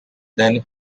then